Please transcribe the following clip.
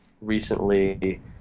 recently